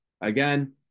Again